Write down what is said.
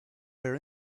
their